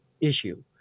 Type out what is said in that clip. issue